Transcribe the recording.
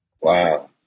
Wow